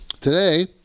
Today